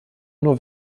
nur